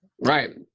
right